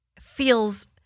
feels